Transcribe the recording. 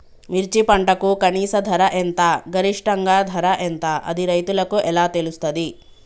మిర్చి పంటకు కనీస ధర ఎంత గరిష్టంగా ధర ఎంత అది రైతులకు ఎలా తెలుస్తది?